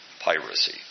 piracy